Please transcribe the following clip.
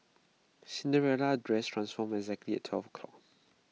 Cinderella's dress transformed exactly at twelve o'clock